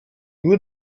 nur